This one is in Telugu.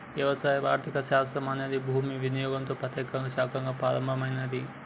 వ్యవసాయ ఆర్థిక శాస్త్రం అనేది భూమి వినియోగంతో ప్రత్యేకంగా శాఖగా ప్రారంభమైనాది